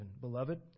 Beloved